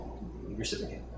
reciprocate